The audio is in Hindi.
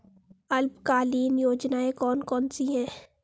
अल्पकालीन योजनाएं कौन कौन सी हैं?